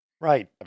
Right